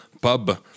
pub